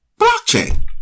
blockchain